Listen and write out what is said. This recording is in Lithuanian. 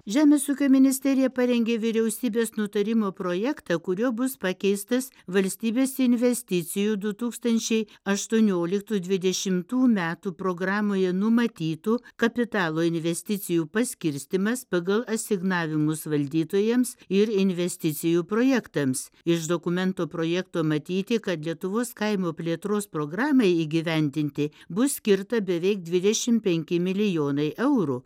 žemės ūkio ministerija parengė vyriausybės nutarimo projektą kuriuo bus pakeistas valstybės investicijų du tūkstančiai aštuonioliktų dvidešimtų metų programoje numatytų kapitalo investicijų paskirstymas pagal asignavimus valdytojams ir investicijų projektams iš dokumento projekto matyti kad lietuvos kaimo plėtros programai įgyvendinti bus skirta beveik dvidešim penki milijonai eurų